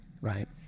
right